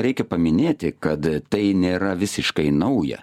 reikia paminėti kad tai nėra visiškai nauja